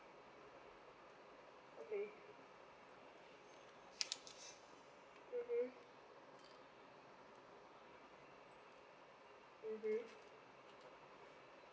okay mmhmm